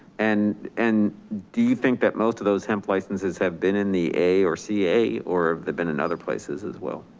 and and do you think that most of those hemp licenses have been in the a or ca or they've been in other places as well?